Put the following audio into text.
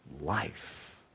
life